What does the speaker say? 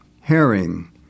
Herring